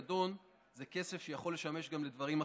כי הפיקדון זה כסף שיכול לשמש גם לדברים אחרים,